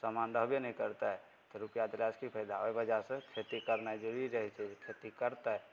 सामान रहबे नहि करतइ तऽ रुपैआ देलासँ की फायदा ओइ वजहसँ खेती करनाय जरुरी रहय छै खेती करतइ